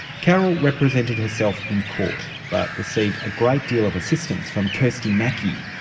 carol represented herself in court but received a great deal of assistance from kirsty mackie,